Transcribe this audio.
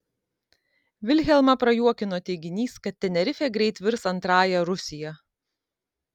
vilhelmą prajuokino teiginys kad tenerifė greit virs antrąja rusija